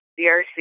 DRC